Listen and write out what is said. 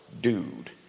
dude